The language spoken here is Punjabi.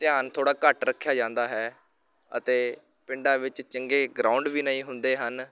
ਧਿਆਨ ਥੋੜ੍ਹਾ ਘੱਟ ਰੱਖਿਆ ਜਾਂਦਾ ਹੈ ਅਤੇ ਪਿੰਡਾਂ ਵਿੱਚ ਚੰਗੇ ਗਰਾਊਂਡ ਵੀ ਨਹੀਂ ਹੁੰਦੇ ਹਨ